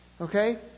Okay